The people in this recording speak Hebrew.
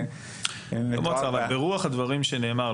לא מועצה, אבל ברוח הדברים שנאמר.